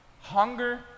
hunger